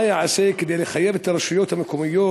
3. מה ייעשה כדי לחייב את הרשויות המקומיות